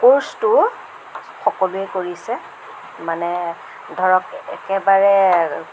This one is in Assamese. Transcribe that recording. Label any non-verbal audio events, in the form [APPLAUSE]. ক'ৰ্চটো [UNINTELLIGIBLE] সকলোৱে কৰিছে মানে ধৰক একেবাৰে